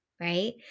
right